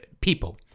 people